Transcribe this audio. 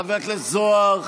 חבר הכנסת זוהר.